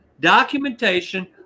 documentation